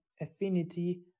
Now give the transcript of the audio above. affinity